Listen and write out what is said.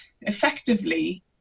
effectively